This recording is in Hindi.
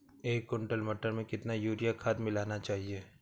एक कुंटल मटर में कितना यूरिया खाद मिलाना चाहिए?